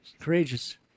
Courageous